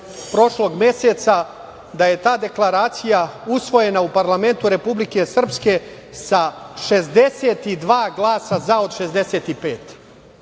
prošlog meseca, da je ta deklaracija usvojena u parlamentu Republike Srpske sa 62 glasa od 65.